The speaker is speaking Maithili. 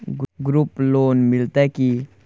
ग्रुप लोन मिलतै की?